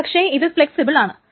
പക്ഷേ ഇത് ഫെളക്സിബൾ ആണ്